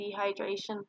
dehydration